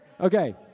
Okay